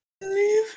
leave